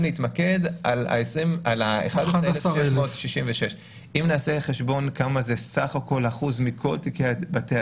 להתמקד על 11,606. אם נעשה חשבון כמה אחוז זה מכל תיקי בתי